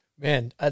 Man